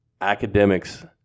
Academics